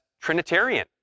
Trinitarian